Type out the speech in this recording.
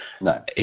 No